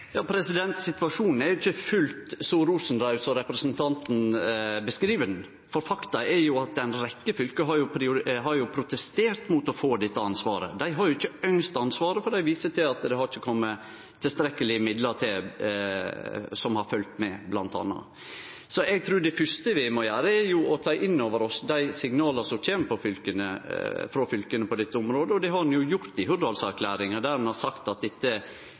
Situasjonen er ikkje fullt så roseraud som representanten beskriv han, for faktum er at ei rekkje fylke har protestert mot å få det ansvaret. Dei har ikkje ønskt det ansvaret, for dei viser bl.a. til at det ikkje har følgt med tilstrekkelege midlar. Så eg trur det fyrste vi må gjere, er å ta inn over oss dei signala som kjem frå fylka på dette området. Det har ein gjort i Hurdalsplattforma, der ein har sagt at dette